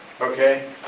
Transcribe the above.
Okay